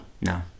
No